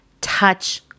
touch